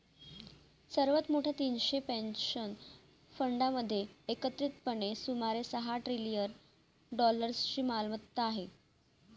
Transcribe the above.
सर्वात मोठ्या तीनशे पेन्शन फंडांमध्ये एकत्रितपणे सुमारे सहा ट्रिलियन डॉलर्सची मालमत्ता आहे